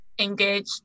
engaged